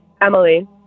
Emily